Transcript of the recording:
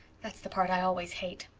that's the part i always hate.